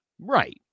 Right